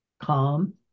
calm